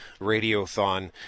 Radiothon